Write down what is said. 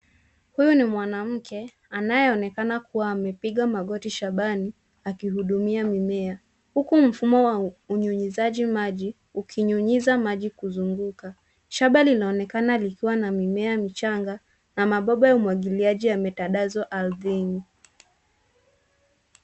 Huyu ni mwanamke anayeonekana kuwa amepiga magoti shambani akinyunyizia mimea huku mfumo wa unyunyizaji mimea ukinyunyiza maji kuzunguka. Shamba linaonekana likiwa na mimea michanga na mabomba ya umwagiliaji yametandazwa ardhini.